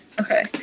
Okay